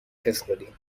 فسقلی